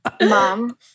Mom